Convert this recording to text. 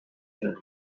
time